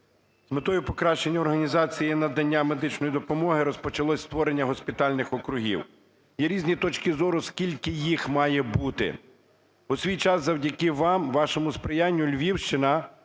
З метою покращення організації надання медичної допомоги розпочалось створення госпітальних округів. Є різні точки зору, скільки їх має бути. У свій час завдяки вам, вашому сприянню Львівщина